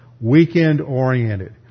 weekend-oriented